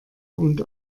und